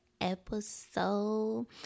episode